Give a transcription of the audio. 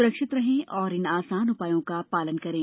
सुरक्षित रहें और इन आसान उपायों का पालन करें